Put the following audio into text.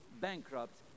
bankrupt